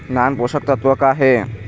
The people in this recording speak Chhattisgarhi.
नान पोषकतत्व का हे?